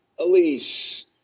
Elise